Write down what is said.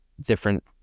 different